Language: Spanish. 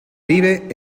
vive